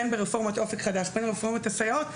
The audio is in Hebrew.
בין רפורמת אופק חדש לבין רפורמת הסייעות.